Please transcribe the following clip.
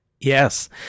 Yes